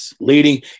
leading